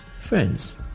friends